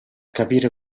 capire